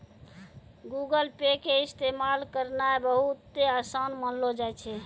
Google Pay के इस्तेमाल करनाय बहुते असान मानलो जाय छै